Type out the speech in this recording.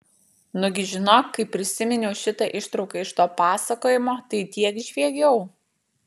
nugi žinok kai prisiminiau šitą ištrauką iš to pasakojimo tai tiek žviegiau